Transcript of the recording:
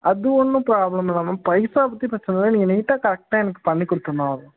அது ஒன்றும் ப்ராப்ளம் இல்லை மேம் பைசா பற்றி பிரச்சின இல்லை நீங்கள் நீட்டாக கரெக்டாக எனக்கு பண்ணிக் கொடுத்துரணும்